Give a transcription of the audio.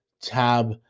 tab